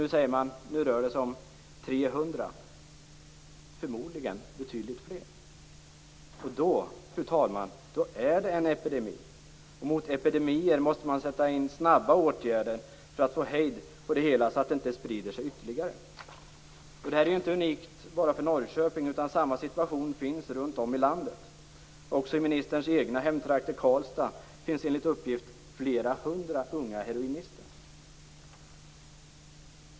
Nu säger man att det rör sig om 300, förmodligen betydligt fler. Då, fru talman, är det en epidemi. Mot epidemier måste snabba åtgärder sättas in för att få hejd på det hela så att det inte sprider sig ytterligare. Detta är inte unikt för Norrköping, utan situationen är densamma runt om i landet. Också i ministerns egen hemtrakt, Karlstad, finns enligt uppgift flera hundra unga heroinister.